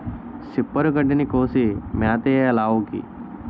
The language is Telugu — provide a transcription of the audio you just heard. సిప్పరు గడ్డిని కోసి మేతెయ్యాలావుకి